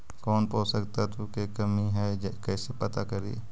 कौन पोषक तत्ब के कमी है कैसे पता करि?